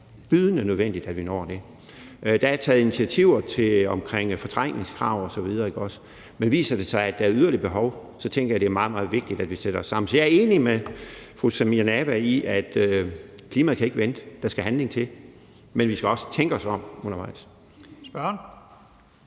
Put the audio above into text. bydende nødvendigt, at vi når det. Der er taget initiativer omkring fortrængningskrav osv., men viser det sig, at der er yderligere behov, så tænker jeg, at det er meget, meget vigtigt, at vi sætter os sammen. Så jeg er enig med fru Samira Nawa i, at klimaet ikke kan vente. Der skal handling til, men vi skal også tænke os om undervejs. Kl.